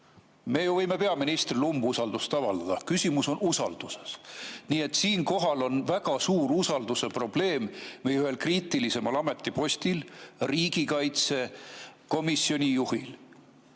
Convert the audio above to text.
Me ju võime peaministrile umbusaldust avaldada – küsimus on usalduses. Nii et siinkohal on väga suur usalduse probleem ühel kriitilisemal ametipostil – riigikaitsekomisjoni juhil.